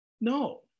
No